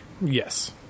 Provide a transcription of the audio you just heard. Yes